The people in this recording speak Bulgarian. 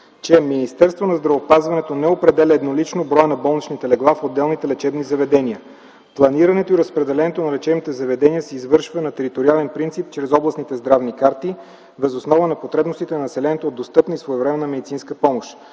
че Министерството на здравеопазването не определя еднолично броя на болничните легла в отделните лечебни заведения. Планирането и разпределението на лечебните заведения се извършва на териториален принцип чрез областните здравни карти въз основа на потребностите на населението от достъпна и своевременна медицинска помощ.